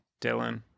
Dylan